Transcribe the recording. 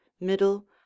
middle